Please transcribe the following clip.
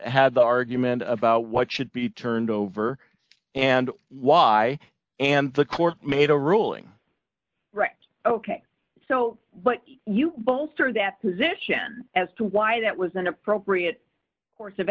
had the argument about what should be turned over and why and the court made a ruling right ok so what you bolster that position as to why that was an appropriate course of